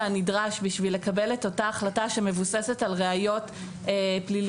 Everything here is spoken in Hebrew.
הנדרש כדי לקבל את אותה החלטה שמבוססת על ראיות פליליות,